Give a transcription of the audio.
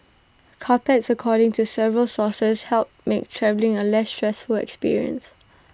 carpets according to several sources help make travelling A less stressful experience